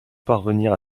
parvenir